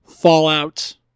Fallout